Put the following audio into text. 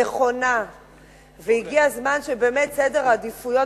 הנכונה והגיע הזמן שבאמת סדר העדיפויות